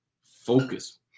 focus